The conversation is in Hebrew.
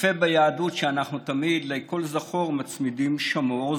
יפה ביהדות שתמיד לכל זכור אנחנו מצמידים שמור,